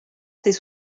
ses